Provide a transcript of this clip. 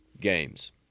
games